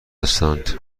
هستند